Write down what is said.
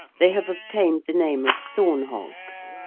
they have obtained the name of thorn-hogs.